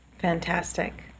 Fantastic